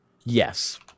Yes